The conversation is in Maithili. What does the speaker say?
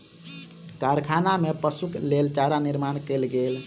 कारखाना में पशुक लेल चारा निर्माण कयल गेल